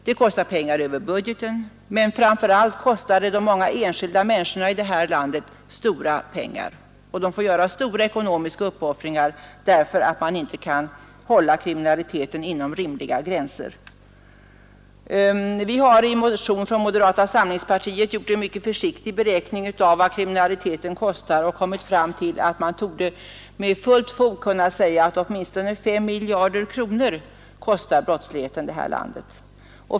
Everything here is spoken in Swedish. Den kostar pengar över budgeten, men framför allt är den kostsam för de många enskilda människorna. De får göra stora ekonomiska uppoffringar, därför att kriminaliteten inte kan hållas inom rimliga gränser. Vi har i en motion från moderata samlingspartiet gjort en mycket försiktig beräkning av vad kriminaliteten kostar och kommit fram till att man med fullt fog torde kunna säga att brottsligheten kostar detta land åtminstone fem miljarder kronor.